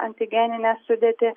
antigeninę sudėtį